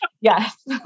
Yes